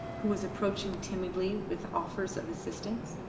who was approaching timidly with offers of assistance.